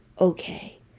Okay